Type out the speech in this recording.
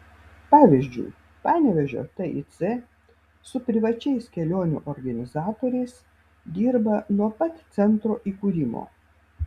pavyzdžiui panevėžio tic su privačiais kelionių organizatoriais dirba nuo pat centro įkūrimo